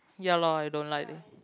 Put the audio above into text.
ya lor I don't like leh